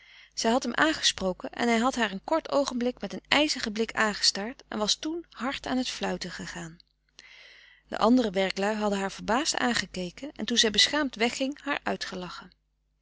zij had hem aangesproken en hij had haar een kort oogenblik met een ijzigen blik aangestaard en was toen hard aan t fluiten gegaan de andere werklui hadden haar verbaasd aangekeken en toen zij beschaamd wegging haar uitgelachen